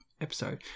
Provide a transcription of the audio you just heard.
episode